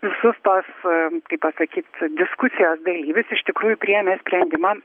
visus tuos kaip pasakyt diskusijos dalyvius iš tikrųjų priėmė sprendimą